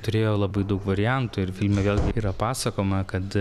turėjo labai daug variantų ir filme vėl yra pasakojama kad